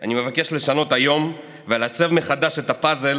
אני מבקש לשנות היום ולעצב מחדש את הפאזל